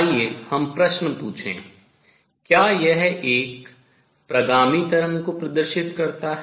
आइए हम प्रश्न पूछें क्या यह एक प्रगामी तरंग को प्रदर्शित करता है